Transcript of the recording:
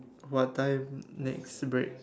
what time next break